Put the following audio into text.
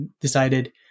decided